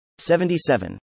77